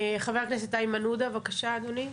חבר הכנסת איימן עודה, בבקשה, אדוני.